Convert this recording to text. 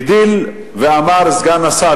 הגדיל ואמר סגן השר,